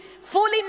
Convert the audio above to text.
fully